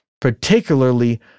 particularly